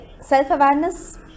self-awareness